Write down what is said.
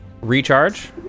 Recharge